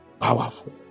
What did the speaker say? Powerful